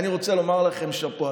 אני רוצה לומר לכם שאפו.